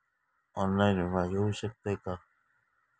Online विमा घेऊ शकतय का?